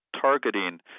targeting